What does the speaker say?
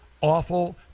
awful